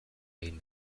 egin